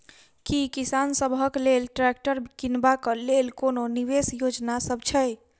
की किसान सबहक लेल ट्रैक्टर किनबाक लेल कोनो विशेष योजना सब छै?